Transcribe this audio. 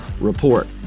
report